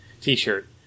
T-shirt